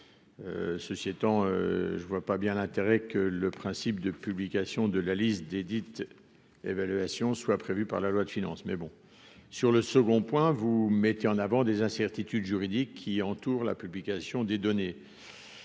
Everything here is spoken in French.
ceci étant, je ne vois pas bien l'intérêt que le principe de publication de la liste des dites évaluation soit prévue par la loi de finance, mais bon, sur le second point, vous mettez en avant des incertitudes juridiques qui entourent la publication des données,